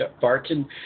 Barton